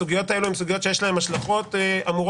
הסוגיות הללו הן סוגיות שיש להן השלכות מיידיות.